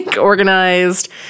organized